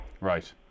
Right